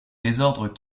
désordres